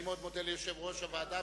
אני מאוד מודה ליושב-ראש הוועדה.